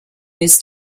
this